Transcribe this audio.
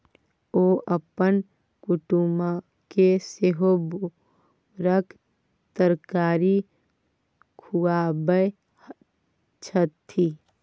ओ अपन कुटुमके सेहो बोराक तरकारी खुआबै छथि